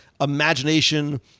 imagination